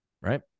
right